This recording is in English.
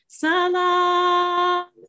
salam